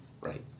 Right